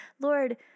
Lord